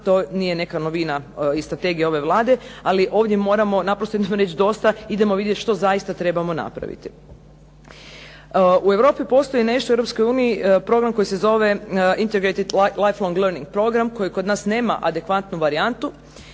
to nije neka novina i strategija ove Vlade, ali ovdje moramo naprosto jednom reći dosta, idemo vidjeti što zaista trebamo napraviti. U Europi postoji nešto, u Europskoj uniji program koji se zove "Integrated lifelong learning program" koji kod nas nema adekvatnu varijantu